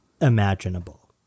imaginable